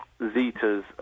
Zetas